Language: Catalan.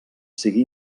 sigui